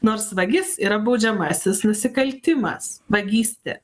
nors vagis yra baudžiamasis nusikaltimas vagystė